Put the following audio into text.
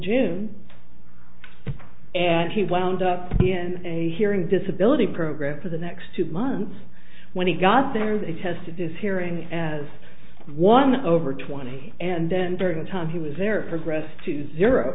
june and he wound up in a hearing disability program for the next two months when he got there they tested this hearing as one over twenty and then during the time he was there progressed to zero